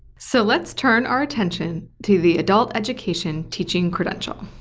so let's turn our attention to the adult education teaching credential.